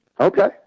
Okay